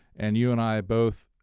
and you and i both